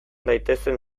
daitezen